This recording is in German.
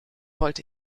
wollte